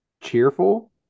Cheerful